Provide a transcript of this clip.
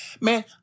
Man